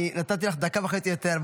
אני נתתי לך דקה וחצי יותר,